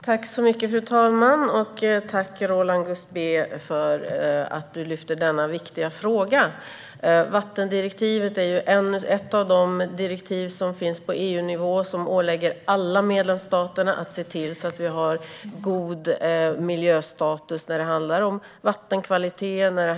Fru talman! Tack, Roland Gustbée, för att du lyfter denna viktiga fråga! Vattendirektivet är ett av de direktiv som finns på EU-nivå och som ålägger alla medlemsstater att ha god miljöstatus när det handlar om vattenkvalitet.